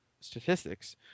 statistics